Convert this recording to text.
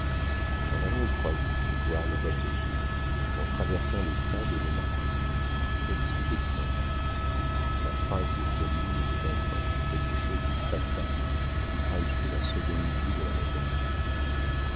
en allant au croisic voir les bateliers en traversant les sables et les marais calyste eut des craintes la phrase de camille était empreinte de quelque chose de fatal qui trahissait la seconde vue de la maternité